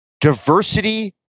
diversity